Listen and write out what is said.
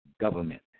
government